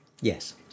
Yes